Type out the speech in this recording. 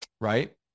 right